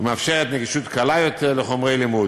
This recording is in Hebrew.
ומאפשרת נגישות קלה יותר לחומרי לימוד.